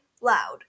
loud